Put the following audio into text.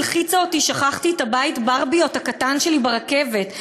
הלחיצה אותי שכחתי את הבית-ברביות הקטן שלי ברכבת.